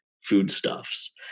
foodstuffs